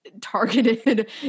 targeted